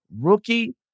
Rookie